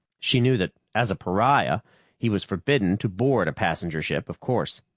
she knew that as a pariah he was forbidden to board a passenger ship, of course.